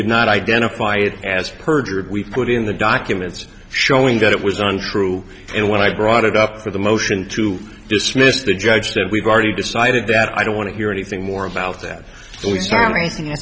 did not identify it as perjury we put in the documents showing that it was untrue and when i brought it up for the motion to dismiss the judge that we've already decided that i don't want to hear anything more about that